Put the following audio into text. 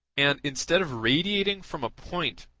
and instead of radiating from a point,